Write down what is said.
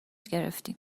گرفتیم